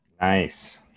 Nice